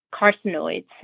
carcinoids